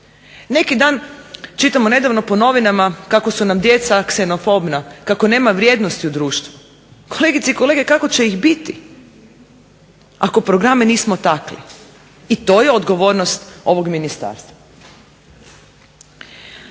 Neki dan čitamo nedavno po novinama kako su nam djeca ksenofobna, kako nema vrijednosti u društvu. Kolegice i kolege, kako će ih biti ako programe nismo takli. I to je odgovornost ovog ministarstva.